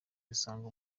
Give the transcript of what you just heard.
dusanga